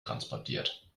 transportiert